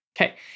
Okay